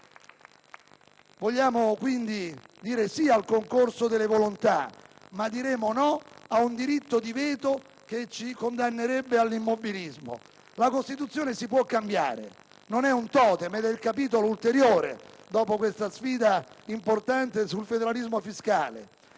Vogliamo quindi dire di sì al concorso delle volontà, ma diremo di no a un diritto di veto che condannerebbe all'immobilismo. La Costituzione si può cambiare: non è un totem ed è il capitolo ulteriore dopo questa sfida importante sul federalismo fiscale.